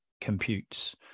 computes